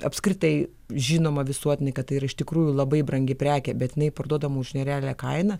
apskritai žinoma visuotinai kad tai yra iš tikrųjų labai brangi prekė bet jinai parduodama už nerealią kainą